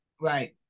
Right